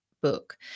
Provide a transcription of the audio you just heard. book